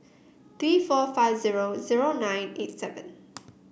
three four five zero zero nine eight seven